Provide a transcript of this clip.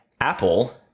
Apple